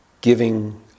giving